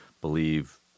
believe